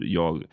jag